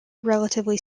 relatively